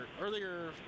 earlier